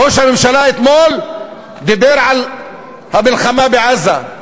ראש הממשלה דיבר אתמול על המלחמה בעזה.